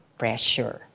pressure